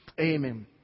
Amen